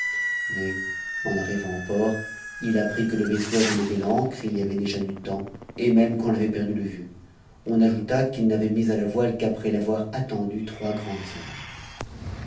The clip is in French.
mais en arrivant au port il apprit que le vaisseau avait levé l'ancre il y avait déjà du temps et même qu'on l'avait perdu de vue on ajouta qu'il n'avait mis à la voile qu'après l'avoir attendu trois grandes heures